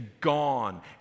gone